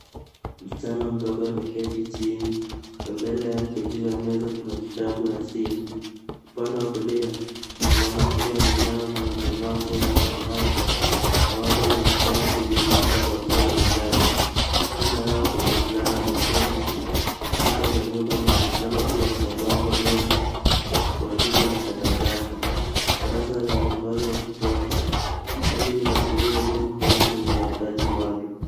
Msichana mdogo ameketi chini na mbele yake juu ya meza kuna kitabu na simu. Upande wa kulia kuna mwanamke ameinama na amevaa nguo la samawati na wote wanaonekana wakizungumza kwa njia ya ishara. Nyuma yao kuna mvulana ameketi na kuta za nyumba zinaonekana kuwa na mabango mengi na kuna pipa la takataka. Darasa lina mwangaza wa kutosha. Hali inaashiria elimu kwa watu wenye mahitaji maalum.